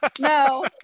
no